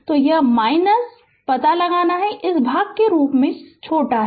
तो यह पता लगाना है कि यह इस भाग के रूप में छोटा है